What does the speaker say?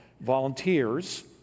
volunteers